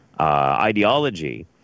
ideology